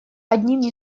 одним